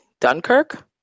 Dunkirk